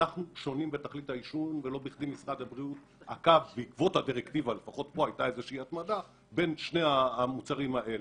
אנחנו שונים ולא בכדי משרד הבריאות עשה הבחנה בין שני המוצרים האלה.